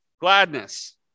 gladness